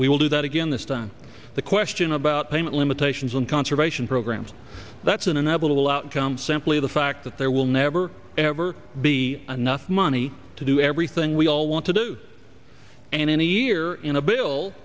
we will do that again this time the question about payment limitations on conservation programs that's an inevitable outcome simply the fact that there will never ever be enough money to do everything we all want to do and any year in a bill